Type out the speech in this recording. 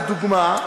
לדוגמה,